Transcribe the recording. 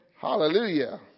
Hallelujah